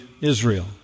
Israel